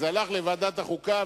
וזה הלך לוועדת החוקה,